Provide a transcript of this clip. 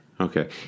Okay